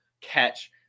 catch